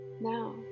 Now